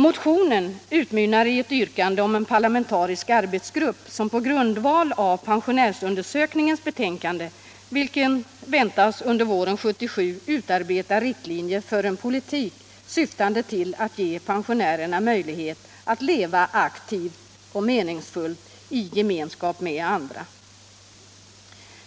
Motionen utmynnar i ett yrkande om en parlamentarisk arbetsgrupp, som på grundval av pensionärsundersökningens betänkande, vilket väntas under våren 1977, utarbetar riktlinjer för en politik, syftande till att ge pensionärerna möjlighet att leva aktivt och meningsfullt i gemenskap med andra.